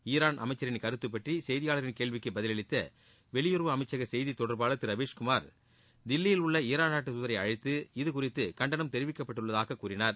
Iran அமைச்சின் கருத்து பற்றி செய்தியாளர்களின் கேள்விக்கு பதிலளித்த வெளியுறவு அமைச்சக செய்தி தொடர்பாளர் திரு ரவீஸ்குமார் தில்லியில் உள்ள ஈரான் நாட்டு தூதரை அழைத்து இது குறித்து கண்டனம் தெரிவிக்கப்பட்டுள்ளதாகக் கூறினார்